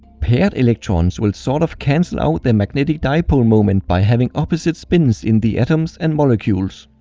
paired electrons will sort of cancel out their magnetic dipole moment by having opposite spins in the atoms and molecules.